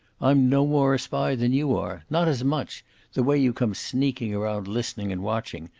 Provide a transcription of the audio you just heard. i'm no more a spy than you are. not as much the way you come sneaking around listening and watching!